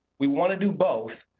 we want to do both,